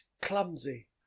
clumsy